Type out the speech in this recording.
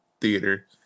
Theater